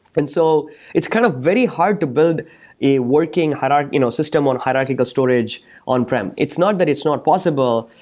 and so it's kind of very hard to build a working um you know system on hierarchical storage on-prem. it's not that it's not possible.